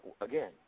again